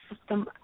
system